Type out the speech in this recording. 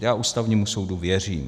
Já Ústavnímu soudu věřím.